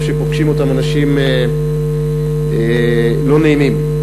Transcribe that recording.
למקום שפוגשים את אותם אנשים לא נעימים,